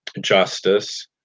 justice